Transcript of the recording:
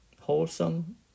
wholesome